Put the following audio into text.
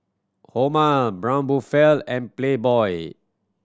Hormel Braun Buffel and Playboy